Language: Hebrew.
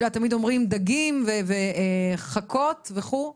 את יודעת תמיד אומרים דגים וחכות וכו'.